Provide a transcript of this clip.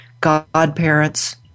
godparents